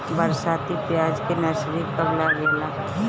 बरसाती प्याज के नर्सरी कब लागेला?